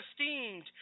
esteemed